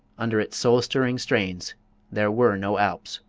under its soul-stirring strains there were no alps.